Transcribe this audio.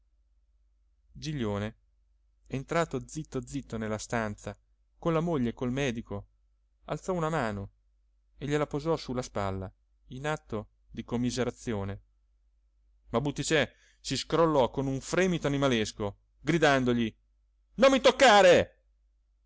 giglione entrato zitto zitto nella stanza con la moglie e col medico alzò una mano e glie la posò su la spalla in atto di commiserazione ma butticè si scrollò con un fremito animalesco gridandogli non mi toccare